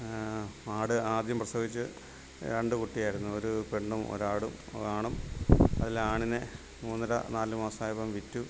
ആട് ആദ്യം പ്രസവിച്ച് രണ്ട് കുട്ടിയായിരുന്നു ഒരു പെണ്ണും ഒരാടും ഒരാണും അതിൽ ആണിനെ മൂന്നര നാല് മാസമായപ്പം വിറ്റു